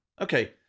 Okay